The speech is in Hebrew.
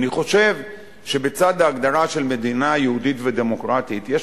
אני חושב שבצד ההגדרה של מדינה יהודית ודמוקרטית יש